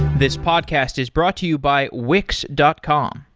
this podcast is brought to you by wix dot com.